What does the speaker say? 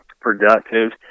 productive